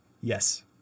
Yes